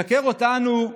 לשקר לנו?